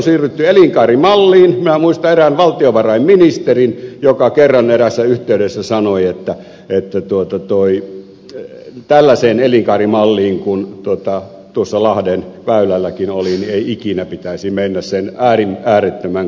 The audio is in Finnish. minä muistan erään valtiovarainministerin joka kerran eräässä yhteydessä sanoi että tällaiseen elinkaarimalliin kun tuossa lahdenväylälläkin oli ei ikinä pitäisi mennä sen äärettömän kalleuden takia